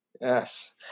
Yes